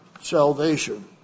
salvation